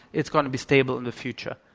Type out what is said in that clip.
it's going to be stable in the future.